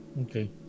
Okay